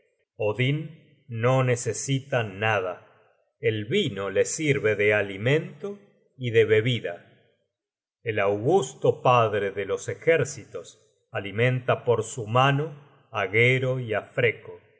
odin no necesita nada el vino le sirve de alimento y de bebida el augusto padre de los ejércitos alimenta por su mano á gero y